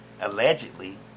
Allegedly